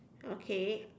okay